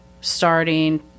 starting